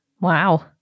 Wow